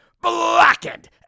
blackened